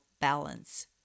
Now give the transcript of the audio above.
balance